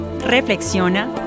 reflexiona